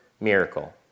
miracle